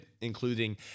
including